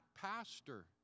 pastor